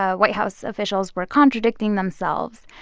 ah white house officials were contradicting themselves.